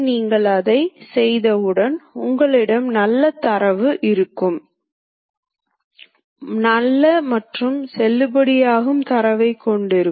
நீங்கள் இதை செய்தவுடன் உங்கள் தற்போதைய நிலை 1 ஆம் புள்ளியில் இருக்கும்